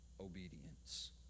obedience